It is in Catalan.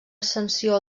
ascensió